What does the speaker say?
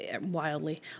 wildly